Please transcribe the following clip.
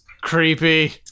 creepy